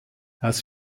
aus